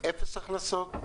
ב-0 הכנסות,